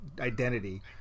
identity